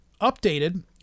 updated